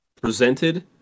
presented